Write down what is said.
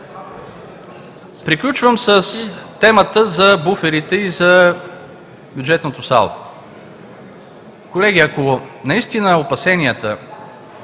Приключвам с темата за буферите и за бюджетното салдо. Колеги, ако наистина опасенията,